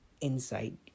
insight